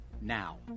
Now